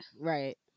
right